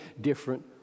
different